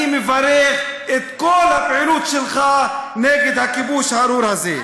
אני מברך את כל הפעילות שלך נגד הכיבוש הארור הזה.